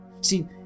See